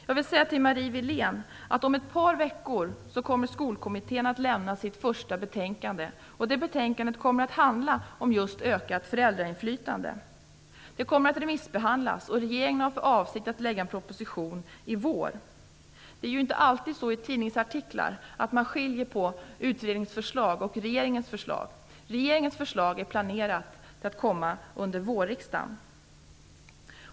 Jag vill säga till Marie Wilén att Skolkommittén om ett par veckor kommer att lämna sitt första betänkande, och det betänkandet kommer att handla om just ökat föräldrainflytande. Det kommer att remissbehandlas, och regeringen har för avsikt att lägga fram en proposition i vår. Det är ju inte alltid man i tidningsartiklar skiljer på utredningsförslag och regeringens förslag. Regeringens förslag är planerat att komma under vårriksdagen.